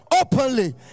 Openly